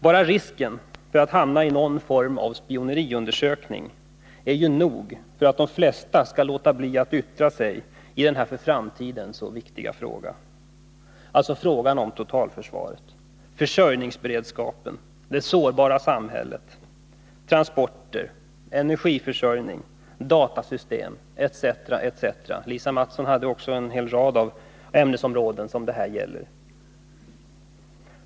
Bara risken för att hamna i någon form av spioneriundersökning är ju nog för att de flesta skall låta bli att yttra sig i denna för framtiden så viktiga fråga, alltså frågan om totalförsvaret, försörjningsberedskapen, det sårbara samhället, transporter, energiförsörjning, datasystem etc. Lisa Mattson nämnde också en hel rad ämnesområden som det här gäller.